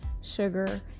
sugar